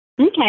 Okay